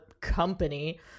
company